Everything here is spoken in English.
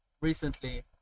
recently